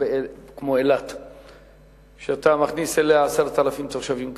אילת כשאתה מכניס אליה 10,000 תושבים כאלה,